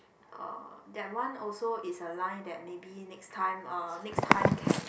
uh that one also is a line that maybe next time uh next time can